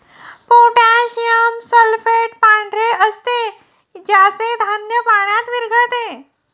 potassium sulphate पांढरे असते ज्याचे धान्य पाण्यात विरघळते